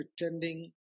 pretending